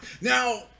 Now